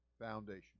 foundation